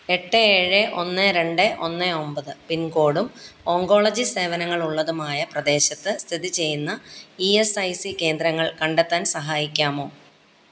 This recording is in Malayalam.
എട്ട് ഏഴ് ഒന്ന് രണ്ട് ഒന്ന് ഒമ്പത് പിൻകോഡും ഓങ്കോളജി സേവനങ്ങൾ ഉള്ളതുമായ പ്രദേശത്ത് സ്ഥിതിചെയ്യുന്ന ഇ എസ് ഐ സി കേന്ദ്രങ്ങൾ കണ്ടെത്താൻ സഹായിക്കാമോ